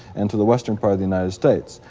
and to the western part of the united states.